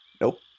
Nope